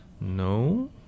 no